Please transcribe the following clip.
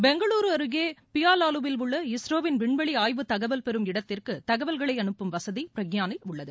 பெங்களூரு அருகே பியாலாலுவில் உள்ள இஸ்ரோவின் விண்வெளி ஆய்வு தகவல் பெறும் இடத்திற்கு தகவல்களை அனுப்பும் வசதி பிரக்யானில் உள்ளது